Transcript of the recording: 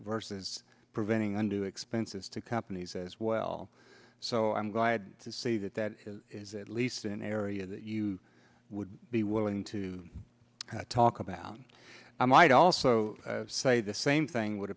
versus preventing a new expenses to companies as well so i'm glad to see that that is at least an area that you would be willing to talk about and i might also say the same thing would